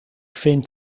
vind